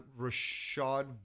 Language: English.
Rashad